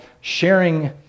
sharing